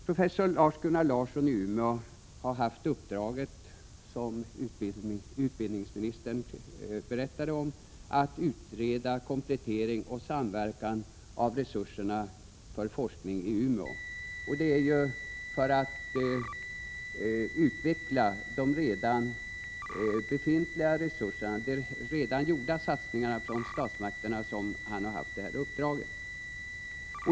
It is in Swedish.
Professor Lars-Gunnar Larsson i Umeå har haft uppdraget att, som utbildningsministern berättade, utreda komplettering och samverkan när det gäller resurserna för forskning i Umeå. Det är bl.a. för att utveckla de redan befintliga resurserna, de redan gjorda satsningarna från statsmakterna, som han har haft detta uppdrag.